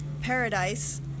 paradise